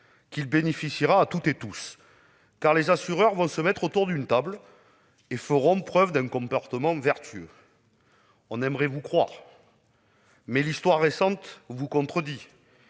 qu'il bénéficiera à toutes et à tous, car les assureurs vont se mettre autour d'une table et feront preuve d'un comportement vertueux. On aimerait vous croire, mais l'histoire récente vous contredit,